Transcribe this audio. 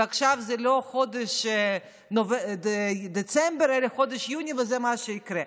ועכשיו זה לא חודש דצמבר אלא חודש יוני וזה מה שיקרה.